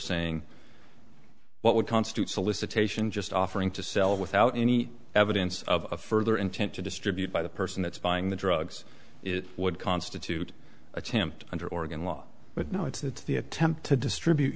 saying what would constitute solicitation just offering to sell without any evidence of further intent to distribute by the person that's buying the drugs it would constitute attempt under oregon law but no it's the attempt to distribute